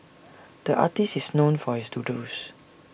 the artist is known for his doodles